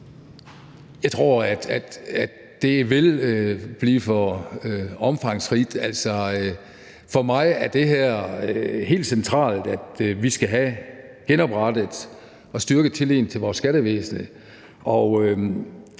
Jeg tror, at det vil blive for omfangsrigt. Altså, for mig er det helt centralt, at vi skal have genoprettet og styrket tilliden til vores skattevæsen.